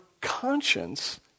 conscience